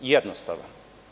Jednostavan.